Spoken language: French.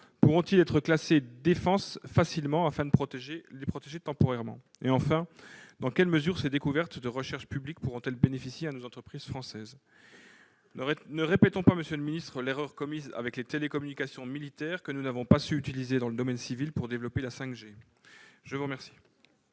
pourront-ils être classifiés facilement, afin de les protéger temporairement ? Enfin, dans quelle mesure ces découvertes de recherche publique pourront-elles bénéficier à nos entreprises françaises ? Ne répétons pas l'erreur commise avec les télécommunications militaires que nous n'avons pas su utiliser dans le domaine civil pour développer la 5 G ! La parole